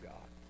God